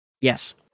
yes